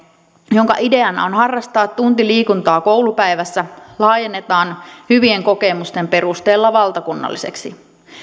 jonka ideana on harrastaa tunti liikuntaa koulupäivässä laajennetaan hyvien kokemusten perusteella valtakunnalliseksi